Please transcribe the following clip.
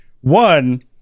One